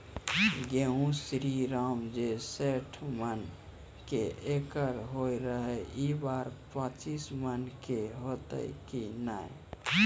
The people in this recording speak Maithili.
गेहूँ श्रीराम जे सैठ मन के एकरऽ होय रहे ई बार पचीस मन के होते कि नेय?